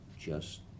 just